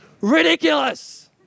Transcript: Ridiculous